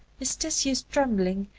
his tissues trembling,